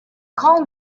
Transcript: call